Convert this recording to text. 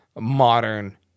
modern